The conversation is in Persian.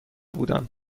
بودم